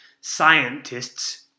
Scientists